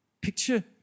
Picture